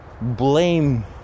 blame